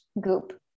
goop